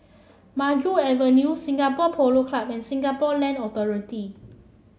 Maju Avenue Singapore Polo Club and Singapore Land Authority